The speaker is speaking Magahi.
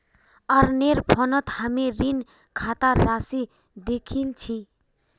अरनेर फोनत हामी ऋण खातार राशि दखिल छि